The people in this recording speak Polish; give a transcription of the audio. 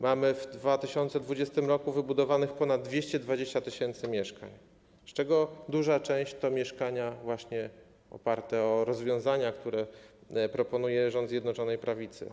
Mamy w 2020 r. wybudowanych ponad 220 tys. mieszkań, z czego duża część to mieszkania oparte na rozwiązaniach, które proponuje rząd Zjednoczonej Prawicy.